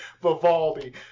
Vivaldi